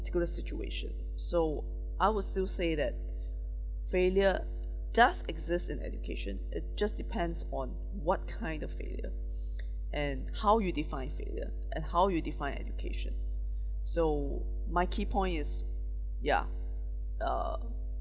particular situation so I will still say that failure does exist in education it just depends on what kind of failure and how you define failure and how you define education so my key point is ya uh